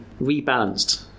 rebalanced